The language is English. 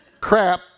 crap